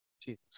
Jesus